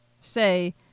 say